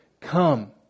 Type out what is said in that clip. come